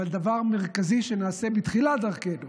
אבל דבר מרכזי שנעשה בתחילת דרכנו